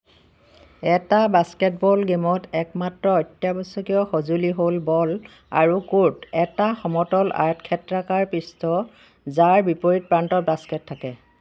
এটা বাস্কেটবল গেমত একমাত্ৰ অত্যাবশ্যকীয় সঁজুলি হ'ল বল আৰু ক'ৰ্ট এটা সমতল আয়তক্ষেত্ৰাকাৰ পৃষ্ঠ যাৰ বিপৰীত প্ৰান্তত বাস্কেট থাকে